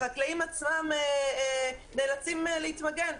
החקלאים עצמם נאלצים להתמגן.